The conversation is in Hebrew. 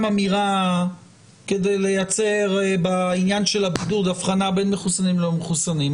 אמירה כדי לייצר אבחנה בין מחוסנים ללא מחוסנים,